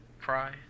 cry